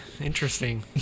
Interesting